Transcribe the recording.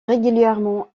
régulièrement